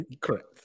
Correct